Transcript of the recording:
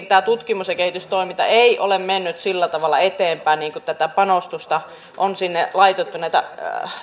tämä tutkimus ja kehitystoiminta ei ole mennyt eteenpäin sillä tavalla niin kuin tätä panostusta on sinne laitettu näitä